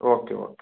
okay okay